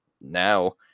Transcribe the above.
Now